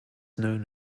known